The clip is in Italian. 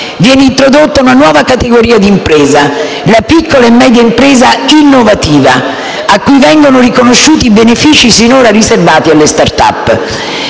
Viene introdotta una nuova categoria di impresa, la piccola e media impresa «innovativa», a cui vengono riconosciuti i benefici finora riservati alle *start-up*.